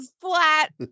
flat